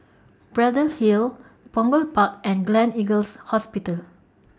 Braddell Hill Punggol Park and Gleneagles Hospital